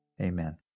Amen